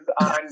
on